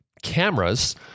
Cameras